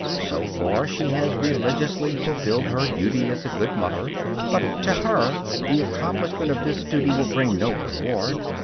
so far, she has religiously fulfilled her duty as a good mother but, to her, the accomplishment of this duty will bring no reward.